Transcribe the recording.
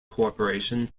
corporation